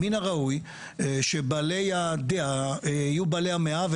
מן הראוי שבעלי הדעה יהיו בעלי המאה,